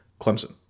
Clemson